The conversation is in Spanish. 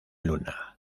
luna